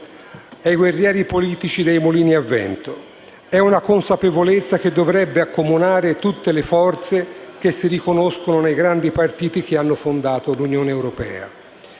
È una consapevolezza che dovrebbe accomunare tutte le forze che si riconoscono nei grandi partiti che hanno fondato l'Unione europea.